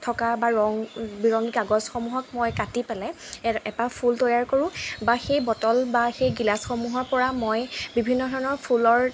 থকা বা ৰং বিৰং কাগজসমূহক মই কাটি পেলাই এপাহ ফুল তৈয়াৰ কৰোঁ বা সেই বটল বা সেই গিলাচসমূহৰ পৰা মই বিভিন্ন ধৰণৰ ফুলৰ